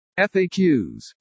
faqs